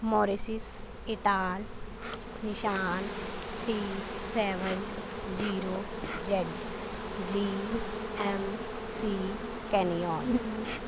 ਮੌਰਸਿਸ Ital Nissan three seven zero Z G M C Canyon